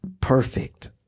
perfect